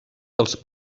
dels